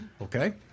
Okay